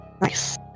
Nice